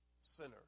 sinner